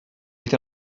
oedd